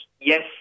yes